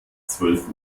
zwölf